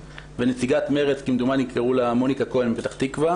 ונציגת מרצ כמדומני קראו לה מוניקה כהן מפתח תקווה